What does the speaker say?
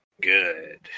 good